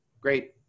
Great